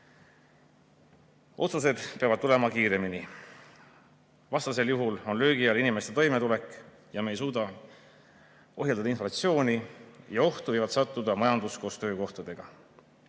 Otsused peavad tulema kiiremini. Vastasel juhul on löögi all inimeste toimetulek ja me ei suuda ohjeldada inflatsiooni. Ohtu võib sattuda majandus koos töökohtadega.